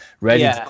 Ready